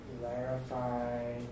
clarify